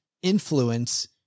influence